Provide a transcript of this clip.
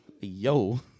Yo